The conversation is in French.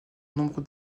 nombre